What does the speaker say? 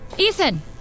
Ethan